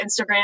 Instagram